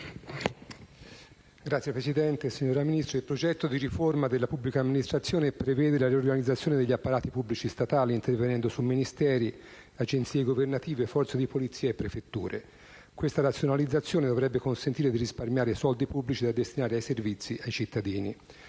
*(FI-PdL XVII)*. Signor Ministro, il progetto di riforma della pubblica amministrazione prevede la riorganizzazione degli apparati pubblici statali, intervenendo su Ministeri, agenzie governative, forze di polizia e prefetture. Questa razionalizzazione dovrebbe consentire di risparmiare soldi pubblici, da destinare ai servizi ai cittadini.